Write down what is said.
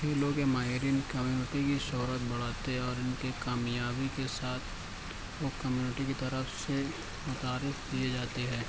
کھیلوں کے ماہرین کمیونٹی کی شہرت بڑھاتے ہیں اور ان کے کامیابی کے ساتھ وہ کمیونٹی کی طرف سے متعارف کیے جاتے ہیں